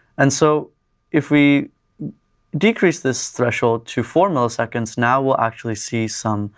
and so if we decrease this threshold to four milliseconds, now we'll actually see some